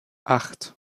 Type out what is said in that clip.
acht